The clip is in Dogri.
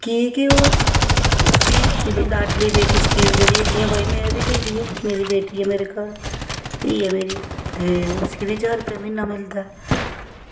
की के ओह् उसी जि'यां की भई में बी लै दी ऐ मेरी बेटी ऐ मेरे घर धीऽ ऐ मेरी उसी बी ज्हार रपेआ म्हीना मिलदा ऐ